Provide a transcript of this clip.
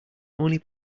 only